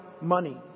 money